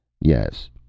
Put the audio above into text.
Yes